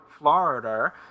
Florida